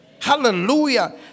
Hallelujah